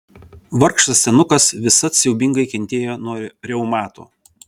vargšas senukas visad siaubingai kentėjo nuo reumato